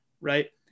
right